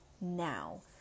now